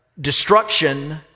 Destruction